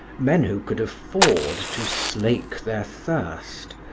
men who could afford to slake their thirst,